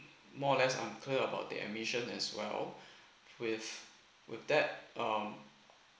more or less I'm clear about the admission as well with with that um